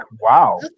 wow